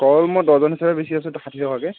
কল মই ডৰ্জন হিচাপে বেচি আছোঁ ষাঠি টকাকে